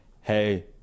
hey